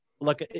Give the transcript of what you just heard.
Look